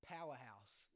Powerhouse